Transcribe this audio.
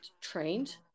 trained